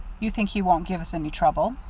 you think he won't give us any trouble?